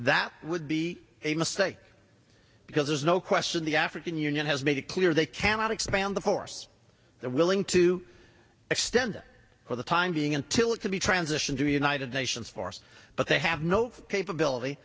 that would be a mistake because there's no question the african union has made it clear they cannot expand the force that willing to extend it for the time being until it could be transitioned to the united nations force but they have no capability